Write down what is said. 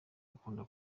bakunda